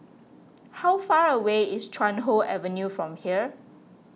how far away is Chuan Hoe Avenue from here